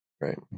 right